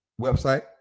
website